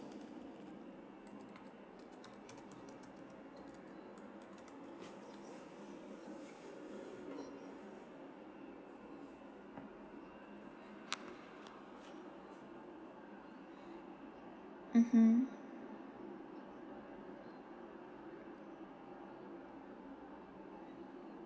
mmhmm